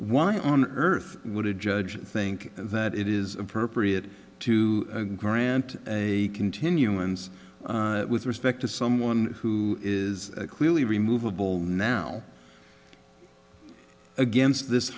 why on earth would a judge think that it is appropriate to grant a continuance with respect to someone who is clearly removeable now against this